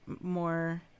more